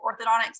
orthodontics